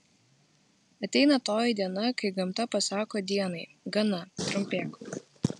ateina toji diena kai gamta pasako dienai gana trumpėk